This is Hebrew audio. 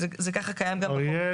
בכל זאת